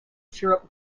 syrup